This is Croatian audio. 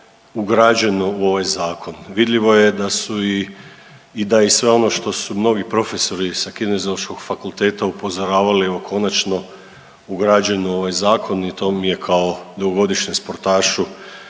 ugrađeno u ovaj Zakon. Vidljivo je da su i da je i sve ono što su mnogi profesori sa kineziološkog upozoravali o konačno ugrađen u ovaj Zakon i to mi je kao dugogodišnjem sportašu